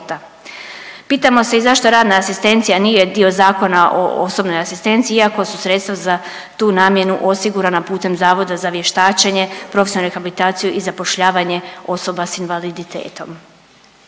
Pitamo se i zašto radna asistencija nije dio Zakona o osobnoj asistenciji, iako su sredstva za tu namjenu osigurana putem Zavoda za vještačenje, profesionalnu rehabilitaciju i zapošljavanje osoba sa invaliditetom.